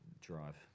drive